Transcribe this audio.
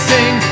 Sing